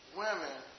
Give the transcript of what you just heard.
women